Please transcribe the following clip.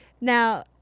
Now